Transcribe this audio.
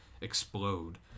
explode